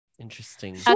interesting